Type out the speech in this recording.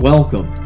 Welcome